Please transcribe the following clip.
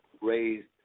raised